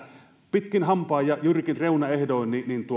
pitkin hampain ja jyrkin reunaehdoin